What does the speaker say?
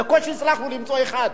בקושי הצלחנו למצוא אחד,